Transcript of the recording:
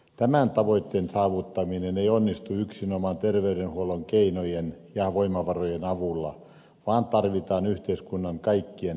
tämän tavoitteen saavuttaminen ei onnistu yksinomaan terveydenhuollon keinojen ja voimavarojen avulla vaan tarvitaan yhteiskunnan kaikkien sektorien toimintaa